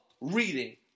reading